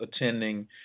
attending